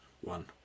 one